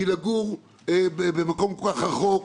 כי לגור במקום כל כך רחוק,